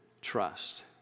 trust